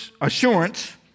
assurance